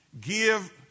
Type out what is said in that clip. Give